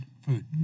Food